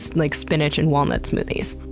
like, spinach and walnut smoothies.